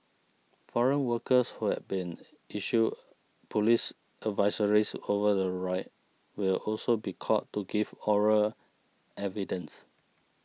foreign workers who had been issued police advisories over the riot will also be called to give oral evidence